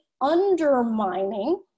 undermining